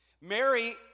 Mary